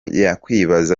yakwibaza